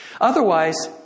Otherwise